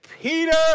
Peter